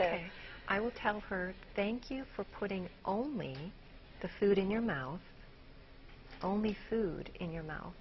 k i will tell her thank you for putting only the food in your mouth only food in your mouth